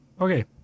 Okay